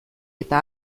eta